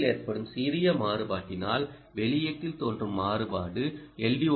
உள்ளீட்டில் ஏற்படும் சிறிய மாறுபாட்டினால் வெளியீட்டில் தோன்றும் மாறுபாடு எல்